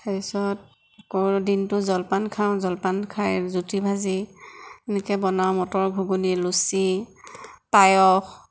তাৰপিছত আকৌ দিনটো জলপান খাওঁ জলপান খাই ৰুটি ভাজি এনেকৈ বনাওঁ মটৰ ঘুগুনি লুচি পায়স